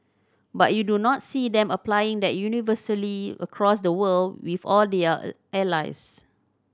but you do not see them applying that universally across the world with all their a allies